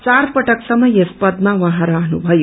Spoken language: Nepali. चार पटकसम्म यस पदमा उहाँ रहनुथयो